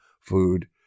food